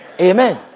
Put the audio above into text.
Amen